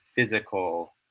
physical